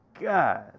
God